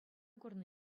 курнӑ